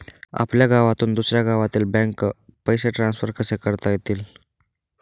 आपल्या गावातून दुसऱ्या गावातील बँकेत पैसे ट्रान्सफर कसे करता येतील?